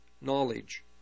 knowledge